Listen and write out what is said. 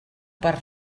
per